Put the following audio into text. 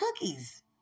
cookies